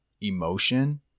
emotion